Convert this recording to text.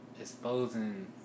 exposing